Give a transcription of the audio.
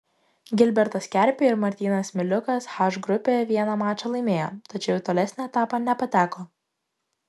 gilbertas kerpė ir martynas miliukas h grupėje vieną mačą laimėjo tačiau į tolesnį etapą nepateko